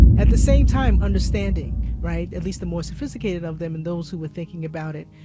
at the same time, understanding right? at least the more sophisticated of them and those who were thinking about it,